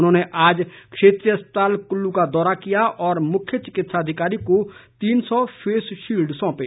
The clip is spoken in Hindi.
उन्होंने आज क्षेत्रीय अस्पताल कुल्लू का दौरा किया और मुख्य चिकित्सा अधिकारी को तीन सौ फेस शील्ड सौंपे